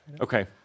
Okay